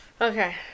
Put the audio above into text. Okay